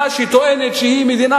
לים.